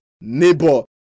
neighbor